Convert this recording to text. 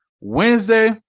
Wednesday